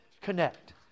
connect